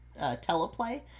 teleplay